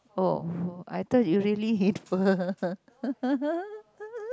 oh I thought you really eat pho